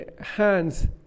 hands